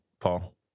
Paul